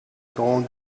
grands